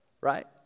right